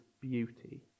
beauty